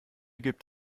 gibt